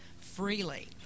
freely